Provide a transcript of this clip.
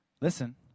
listen